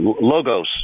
Logos